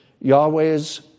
Yahweh's